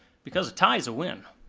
because a tie is a win.